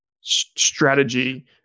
strategy